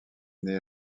née